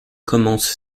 commence